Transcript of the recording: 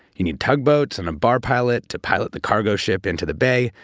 you need tugboats and a bar pilot to pilot the cargo ship into the bay,